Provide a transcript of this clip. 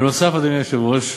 בנוסף, אדוני היושב-ראש,